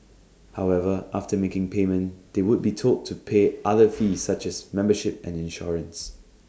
however after making payment they would be told to pay other fees such as membership and insurance